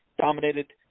Dominated